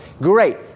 great